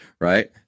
right